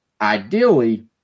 ideally